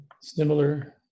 Similar